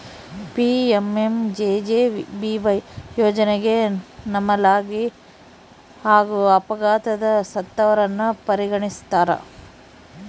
PMMJJBY ಯೋಜನೆಗ ನಾರ್ಮಲಾಗಿ ಹಾಗೂ ಅಪಘಾತದಗ ಸತ್ತವರನ್ನ ಪರಿಗಣಿಸ್ತಾರ